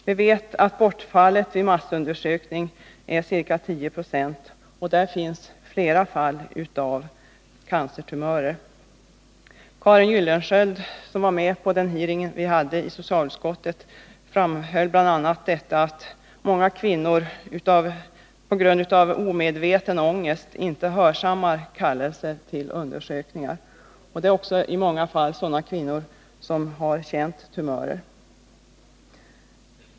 Vi vet att bortfallet vid massundersökning är ca 10 26, och där finns flera fall av cancer. Karin Gyllensköld, som var med vid den hearing vi hade i socialutskottet, framhöll bl.a. att många kvinnor på grund av omedveten ångest inte hörsammar kallelse till undersökning. Det gäller också i många fall sådana kvinnor som har känt tumörer.